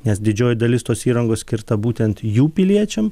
nes didžioji dalis tos įrangos skirta būtent jų piliečiam